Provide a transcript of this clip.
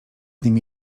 nimi